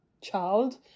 child